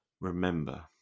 remember